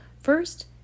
first